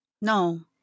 no